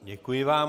Děkuji vám.